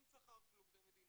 עם שכר של עובדי מדינה,